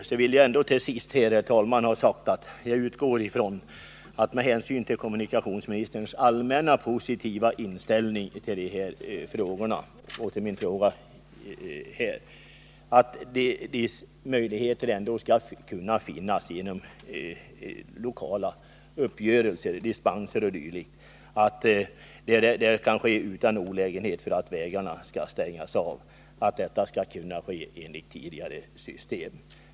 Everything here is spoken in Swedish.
Om det nu ändå inte skulle gå vill jag till sist, herr talman, med hänsyn till kommunikationsministerns allmänt positiva inställning till dessa frågor ha sagt, att jag utgår ifrån att möjligheter skall finnas till lokala uppgörelser, dispenser o. d. och att detta inte skall medföra olägenheten att vägarna måste stängas av helt, utan att det skall kunna ske enligt tidigare system.